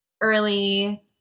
early